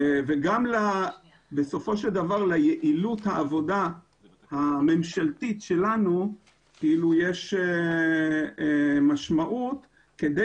בסופו של דבר ליעילות העבודה הממשלתית שלנו יש משמעות כדי